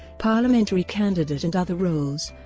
parliamentary candidate and other roles